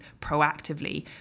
proactively